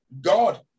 God